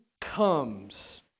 comes